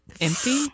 Empty